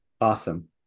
awesome